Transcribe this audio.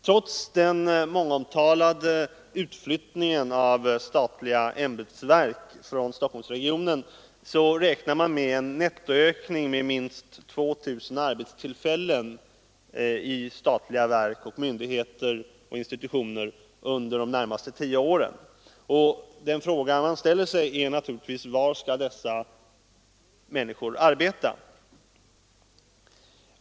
Trots den mångomtalade utflyttningen av statliga ämbetsverk från Stockholmsregionen så räknar man med en nettoökning med minst 2000 arbetstillfällen i statliga verk, myndigheter och institutioner under de närmaste tio åren. Den fråga man ställer sig är naturligtvis var dessa människor skall arbeta.